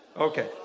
Okay